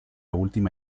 última